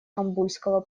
кабульского